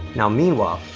now, meanwhile,